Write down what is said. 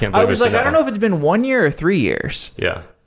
and i was like i don't know if it's been one year or three years yeah.